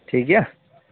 ᱴᱷᱤᱠ ᱜᱮᱭᱟ